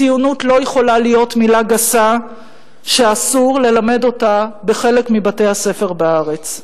הציונות לא יכולה להיות מלה גסה שאסור ללמד אותה בחלק מבתי-הספר בארץ.